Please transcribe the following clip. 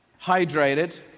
hydrated